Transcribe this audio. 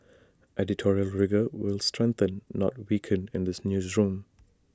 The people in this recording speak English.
editorial rigour will strengthen not weaken in this newsroom